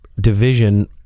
Division